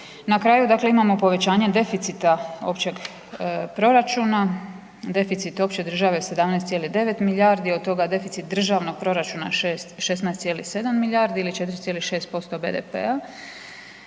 dakle imamo povećanje deficita općeg proračuna, deficit opće države 17,9 milijarde, od toga deficit državnog proračuna je 16,7 milijardi ili 4,6% BDP-a.